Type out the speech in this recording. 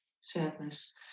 sadness